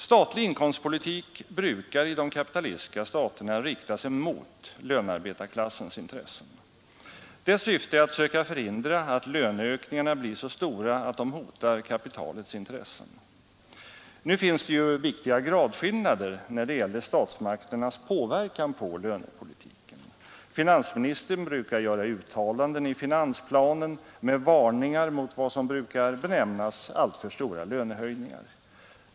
Statlig inkomstpolitik brukar i de kapitalistiska staterna rikta sig mot lönearbetarklassens intressen. Dess syfte är att söka förhindra att löneökningarna blir så stora att de hotar kapitalets intressen. Nu finns det ju viktiga gradskillnader när det gäller statsmakternas påverkan på lönepolitiken. Finansministern uttalar ofta i finansplanen varningar för vad som brukar benämnas alltför stora lönehöjningar.